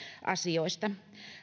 asioista